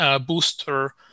booster